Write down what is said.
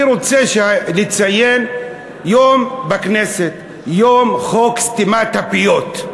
אני רוצה לציין יום בכנסת: יום חוק סתימת הפיות,